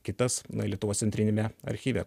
kitas lietuvos centriniame archyve